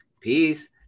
Peace